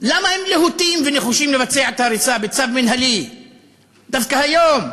למה הם להוטים ונחושים לבצע את ההריסה בצו מינהלי דווקא היום?